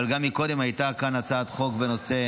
אבל גם קודם הייתה כאן הצעת חוק בנושא